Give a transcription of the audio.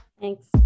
Thanks